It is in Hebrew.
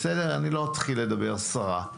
אני לא אתחיל לדבר סרה.